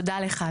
תודה לך.